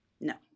No